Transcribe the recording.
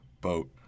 boat